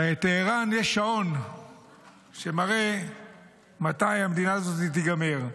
בטהרן יש שעון שמראה מתי המדינה הזאת תיגמר,